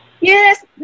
Yes